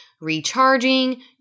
recharging